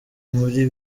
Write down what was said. muri